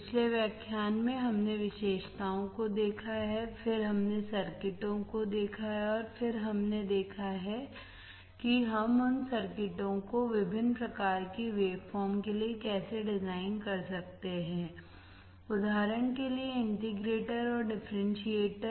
पिछले व्याख्यान में हमने विशेषताओं को देखा है फिर हमने सर्किटों को देखा है और फिर हमने देखा है हम उन सर्किटों को विभिन्न प्रकार की वेवफॉर्म के लिए कैसे डिज़ाइन कर सकते हैं उदाहरण के लिए इंटीग्रेटर और डिफरेंशिएटर